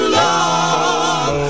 love